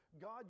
God